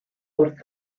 wrth